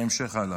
בהמשך, הלאה.